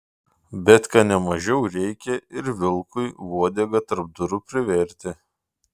bet kad ne mažiau reikia ir vilkui uodegą tarp durų priverti